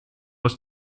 aus